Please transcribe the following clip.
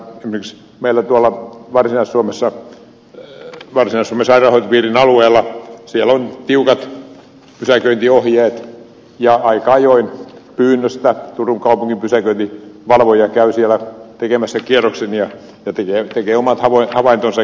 esimerkiksi meillä tuolla varsinais suomen sairaanhoitopiirin alueella on tiukat pysäköintiohjeet ja aika ajoin pyynnöstä turun kaupungin pysäköintivalvoja käy siellä tekemässä kierroksen ja tekee omat havaintonsa ja kirjoittaa omat lappusensa